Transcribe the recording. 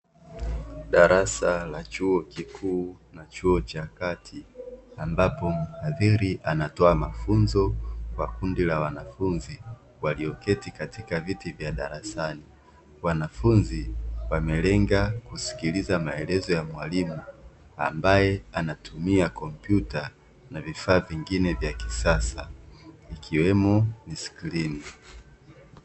Darasa la chuo kikuu na chuo cha kati. Ambapo mhadhiri anatoa mafunzo kwa kundi la wanafunzi walioketi katika viti vya darasani. Wanafunzi wamelenga kusikiliza maelezo ya mwalimu ambaye anatumia kompyuta na vifaa vingine vya kisasa, ikiwemo skrini.